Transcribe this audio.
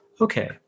Okay